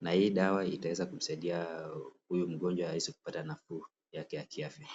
na hii dawa itaweza kumsaidia huyu mgonjwa aweze kupata nafuu yake ya kiafya.